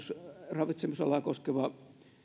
ravitsemisalaa koskeva